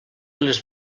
les